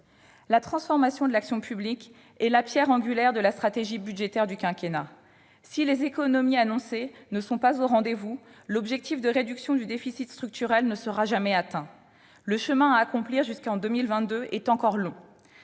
La transformation de l'action publique est la pierre angulaire de la stratégie budgétaire du quinquennat. Si les économies annoncées ne sont pas au rendez-vous, l'objectif de réduction du déficit structurel ne sera jamais atteint. Le chemin à accomplir jusqu'en 2022 est encore long.